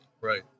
Right